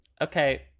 okay